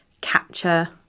capture